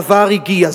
הדבר הגיע,